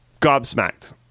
gobsmacked